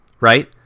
right